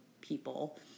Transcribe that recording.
people